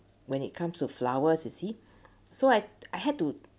when it comes to flowers you see so I I had to